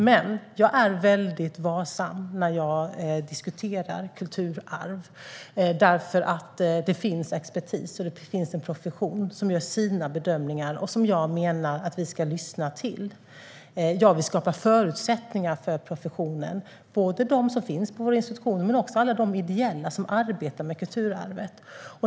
Men jag är väldigt varsam när jag diskuterar kulturarv därför att det finns expertis och en profession som gör sina bedömningar och som jag menar att vi ska lyssna till. Jag vill skapa förutsättningar för professionen, både för dem som finns på våra institutioner och för alla som arbetar ideellt med kulturarvet.